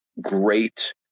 great